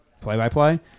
play-by-play